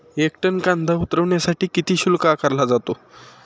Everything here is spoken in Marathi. एक टन कांदा उतरवण्यासाठी किती शुल्क आकारला जातो?